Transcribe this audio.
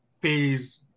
phase